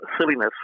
silliness